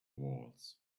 walls